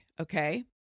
okay